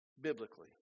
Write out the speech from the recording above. biblically